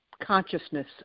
consciousness